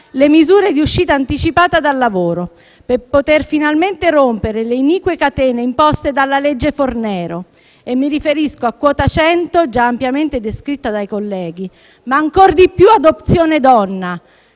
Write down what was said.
le misure di uscita anticipata dal lavoro, per poter finalmente rompere le inique catene imposte dalla legge Fornero. E mi riferisco a quota 100 (già ampiamente descritta dai colleghi) ma ancor più ad opzione donna.